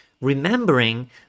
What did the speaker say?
remembering